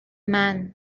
man